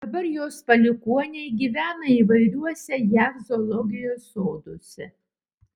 dabar jos palikuoniai gyvena įvairiuose jav zoologijos soduose